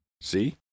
See